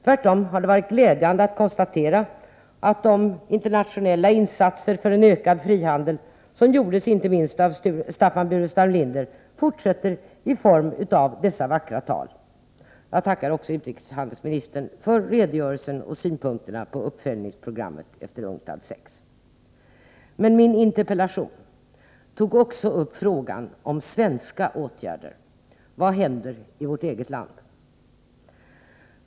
Tvärtom har det varit glädjande att konstatera att de internationella insatser för en ökad frihandel som gjordes inte minst av Staffan Burenstam Linder får en fortsättning i form av dessa vackra tal. Jag tackar också utrikeshandelsministern för redogörelsen och Nr 66 synpunkterna när det gäller uppföljningsprogrammet efter UNCTAD VI. Tisdagen den I min interpellation har jag även tagit upp frågan om svenska åtgärder. Vad 24 januari 1984 händer i vårt eget land?